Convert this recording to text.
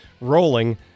rolling